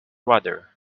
rudder